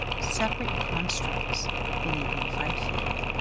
separate constructs in a unified field.